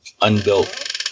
unbuilt